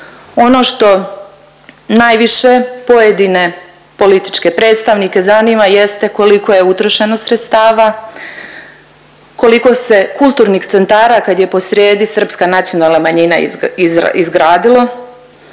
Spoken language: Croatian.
Ono što najviše pojedine političke predstavnike zanima jeste koliko je utrošeno sredstava, koliko se kulturnih centara kad je posrijedi srpska nacionalna manjina izgradilo,